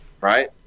right